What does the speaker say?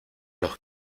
los